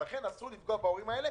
לכן אסור לפגוע בהורים האלה,